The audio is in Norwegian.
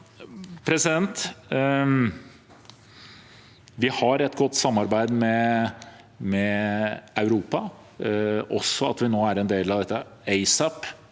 reserver. Vi har et godt samarbeid med Europa, også gjennom at vi nå er en del av ASAP.